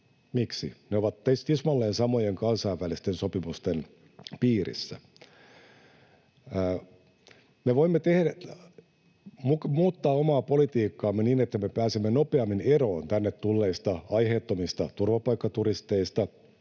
Miksi? Ne ovat tismalleen samojen kansainvälisten sopimusten piirissä. Me voimme muuttaa omaa politiikkaamme niin, että me pääsemme nopeammin eroon tänne tulleista aiheettomista turvapaikkaturisteista,